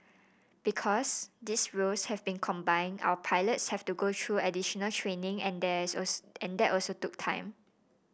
because these roles have been combined our pilots have to go through additional training and that also that also took time